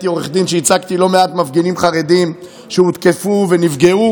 אני הייתי עורך דין שייצג לא מעט מפגינים חרדים שהותקפו ונפגעו,